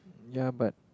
ya but